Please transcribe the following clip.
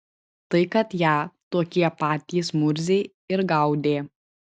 tai kad ją tokie patys murziai ir gaudė